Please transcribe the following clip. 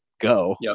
go